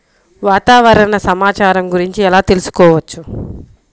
వాతావరణ సమాచారం గురించి ఎలా తెలుసుకోవచ్చు?